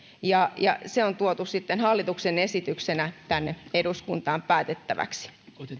ja ja ne on tuotu sitten hallituksen esityksenä tänne eduskuntaan päätettäväksi